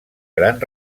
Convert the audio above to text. gran